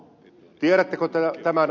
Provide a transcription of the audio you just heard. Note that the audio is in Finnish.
tiedättekö tämän